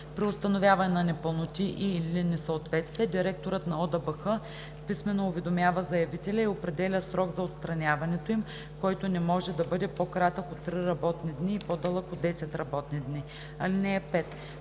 При установяване на непълноти и/или несъответствия директорът на ОДБХ писмено уведомява заявителя и определя срок за отстраняването им, който не може да бъде по-кратък от три работни дни и по-дълъг от 10 работни дни. (5)